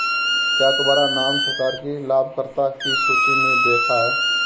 क्या तुम्हारा नाम सरकार की लाभकर्ता की सूचि में देखा है